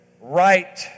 right